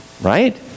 right